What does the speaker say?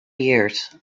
years